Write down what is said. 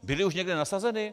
Byly už někde nasazeny?